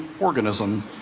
organism